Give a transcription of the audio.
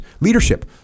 leadership